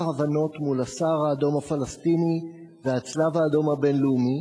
הבנות מול הסהר-האדום הפלסטיני והצלב-האדום הבין-לאומי,